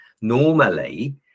normally